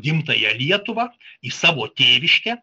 gimtąją lietuvą į savo tėviškę